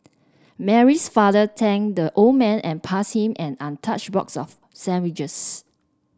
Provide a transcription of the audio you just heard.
Mary's father thanked the old man and passed him an untouched box of sandwiches